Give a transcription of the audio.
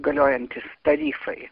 galiojantys tarifai